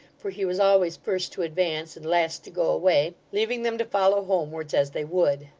for he was always first to advance, and last to go away leaving them to follow homewards as they would.